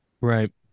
right